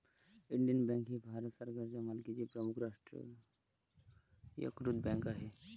Indian bank ही भारत सरकारच्या मालकीची प्रमुख राष्ट्रीयीकृत बँक आहे